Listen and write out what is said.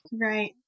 Right